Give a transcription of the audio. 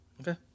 okay